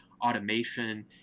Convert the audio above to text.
automation